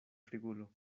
frigulo